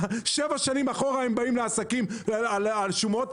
שבע שנים אחורה הם באים לעסקים על שומות,